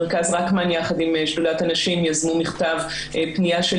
מרכז רקמן יחד עם שדולת הנשים יזמו מכתב פנייה של